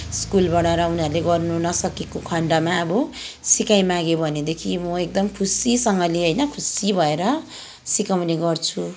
स्कुलबाट र उनीहरूले गर्न नसकेको खण्डमा अब सिकाइमाग्यो भनेदेखि म एकदम खुसीसँगले होइन खुसी भएर सिकाउने गर्छु